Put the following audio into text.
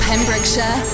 Pembrokeshire